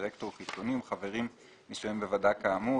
מדירקטור חיצוני ומחברים מסוימים בוועדה כאמור.